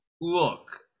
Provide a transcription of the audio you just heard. look